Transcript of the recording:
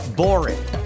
boring